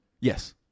Yes